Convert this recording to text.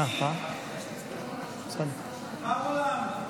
מר עולם.